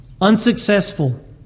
unsuccessful